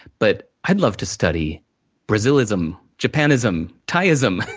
but, i'd love to study brazil-ism, japan-ism, thai-ism.